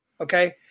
Okay